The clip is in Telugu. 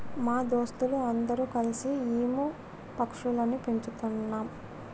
మా దోస్తులు అందరు కల్సి ఈము పక్షులని పెంచుతున్నాం